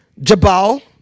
Jabal